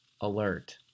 alert